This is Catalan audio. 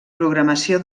programació